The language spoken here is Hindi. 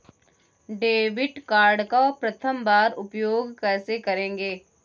डेबिट कार्ड का प्रथम बार उपयोग कैसे करेंगे?